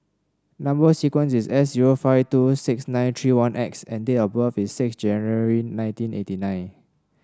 number sequence is S zero five two six nine three one X and date of birth is six January nineteen eighty nine